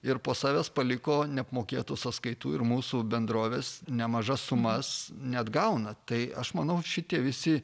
ir po savęs paliko neapmokėtų sąskaitų ir mūsų bendrovės nemažas sumas neatgauna tai aš manau šitie visi